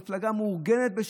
מפלגה מאורגנת בשחיתות,